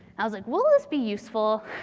i was like, will this be useful?